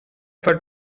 for